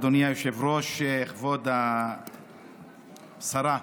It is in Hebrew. אדוני היושב-ראש, כבוד השרה,